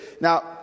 Now